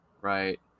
Right